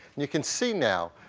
you can see now,